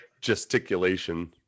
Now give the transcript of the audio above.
gesticulation